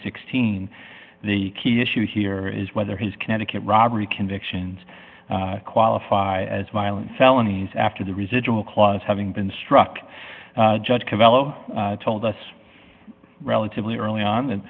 sixteen the key issue here is whether he's connecticut robbery convictions qualify as violent felonies after the residual clause having been struck judge cavallo told us relatively early on and